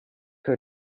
her